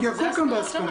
כי הכול כאן בהסכמה.